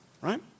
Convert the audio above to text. right